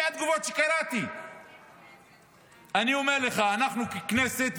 אני אומר לך: אנחנו ככנסת,